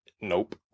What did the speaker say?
nope